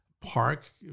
park